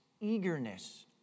eagerness